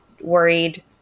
worried